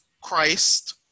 Christ